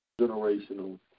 generational